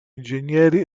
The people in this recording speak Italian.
ingegneri